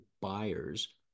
buyers